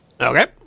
Okay